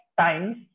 times